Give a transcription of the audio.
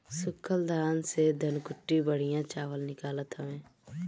सूखल धान से धनकुट्टी बढ़िया चावल निकालत हवे